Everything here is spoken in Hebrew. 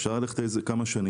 אפשר לנסות את זה במשך כמה שנים,